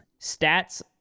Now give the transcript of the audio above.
stats